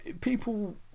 people